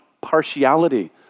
partiality